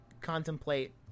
contemplate